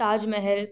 Taj Mahal